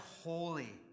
holy